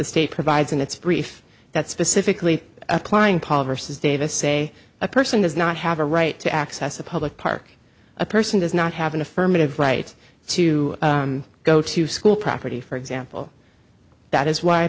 state provides in its brief that specifically applying paul versus davis say a person does not have a right to access a public park a person does not have an affirmative right to go to school property for example that is why